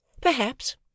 perhaps